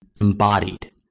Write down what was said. embodied